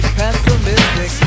pessimistic